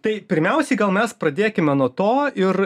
tai pirmiausiai gal mes pradėkime nuo to ir